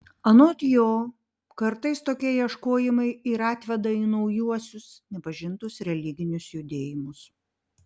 anot jo kartais tokie ieškojimai ir atveda į naujuosius nepažintus religinius judėjimus